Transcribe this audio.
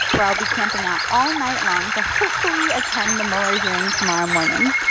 where i'll be camping out all night long to hopefully attend the mueller hearing tomorrow morning.